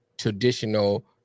traditional